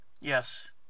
Yes